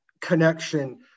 connection